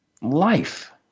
life